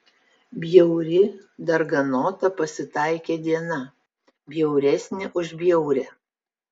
bjauri darganota pasitaikė diena bjauresnė už bjaurią